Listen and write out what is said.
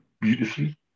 beautifully